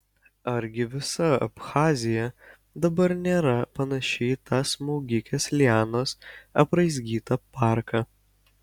argi visa abchazija dabar nėra panaši į tą smaugikės lianos apraizgytą parką